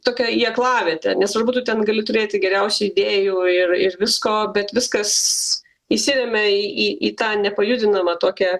tokia į aklavietę nesvarbu tu ten gali turėti geriausių idėjų ir ir visko bet viskas įsiremia į į tą nepajudinamą tokią